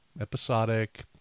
episodic